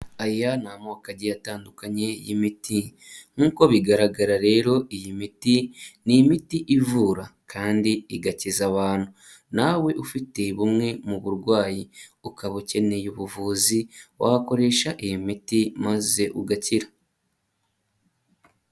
Aya ni amoko agiye atandukanye y'imiti nk'uko bigaragara rero iyi miti ni imiti ivura kandi igakiza abantu, nawe ufite bumwe mu burwayi ukaba ukeneye ubuvuzi wakoresha iyo miti maze ugakira.